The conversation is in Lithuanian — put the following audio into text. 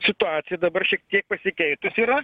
situacija dabar šiek tiek pasikeitusi yra